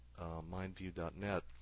mindview.net